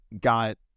got